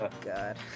God